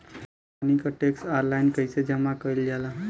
पानी क tax online कईसे जमा कईल जाला?